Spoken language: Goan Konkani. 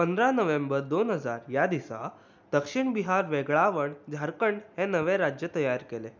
पंदरा नोव्हेंबर दोन हजार ह्या दिसा दक्षीण बिहार वेगळावन झारखंड हें नवें राज्य तयार केलें